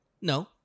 No